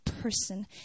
person